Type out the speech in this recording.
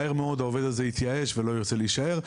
מהר מאוד העובד הזה יתייאש ולא ירצה להישאר.